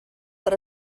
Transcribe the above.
per